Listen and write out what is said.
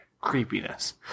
creepiness